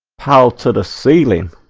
pal to the ceiling